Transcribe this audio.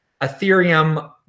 Ethereum